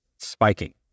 spiking